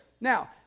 Now